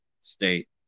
State